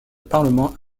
parlement